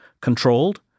controlled